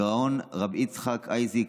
הגאון רבי יצחק אייזק